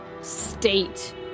state